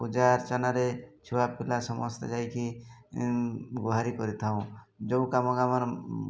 ପୂଜା ଅର୍ଚ୍ଚନାରେ ଛୁଆପିଲା ସମସ୍ତେ ଯାଇକି ଗୁହାରି କରିଥାଉଁ ଯୋଉ କାମ କାମ